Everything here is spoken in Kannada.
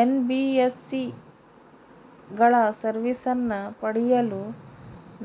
ಎನ್.ಬಿ.ಎಸ್.ಸಿ ಗಳ ಸರ್ವಿಸನ್ನ ಪಡಿಯಲು